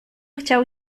chciał